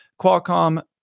Qualcomm